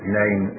name